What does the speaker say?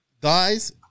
Guys